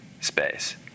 space